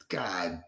God